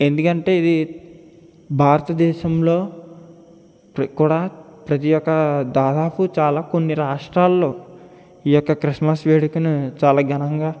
ఎందుకంటే ఇది భారతదేశంలో ఇప్పటికి కూడా ప్రతీ ఒక్క దాదాపు చాలా కొన్ని రాష్ట్రాల్లో ఈయొక్క క్రిస్మస్ వేడుకను చాలా ఘనంగా